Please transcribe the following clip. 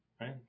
right